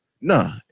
No